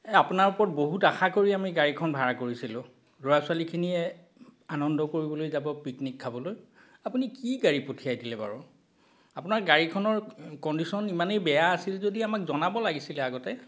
এই আপোনাৰ ওপৰত বহুত আশা কৰি আমি গাড়ীখন ভাড়া কৰিছিলোঁ ল'ৰা ছোৱালীখিনিয়ে আনন্দ কৰিবলৈ যাব পিকনিক খাবলৈ আপুনি কি গাড়ী পঠিয়াই দিলে বাৰু আপোনাৰ গাড়ীখনৰ কণ্ডিচন ইমানেই বেয়া আছিল যদি আমাক জনাব লাগিছিলে আগতে